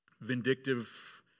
vindictive